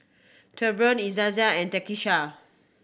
Treyvon Izayah and Takisha